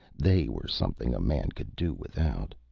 they were something a man could do without.